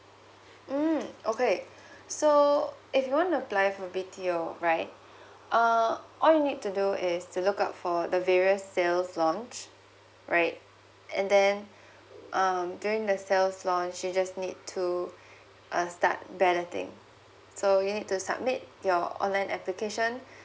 mm okay so if you want to apply for B_T_O right uh all you need to do is to look out for the various sales launch right and then um during the sales launch you just need to uh start balloting so you need to submit your online application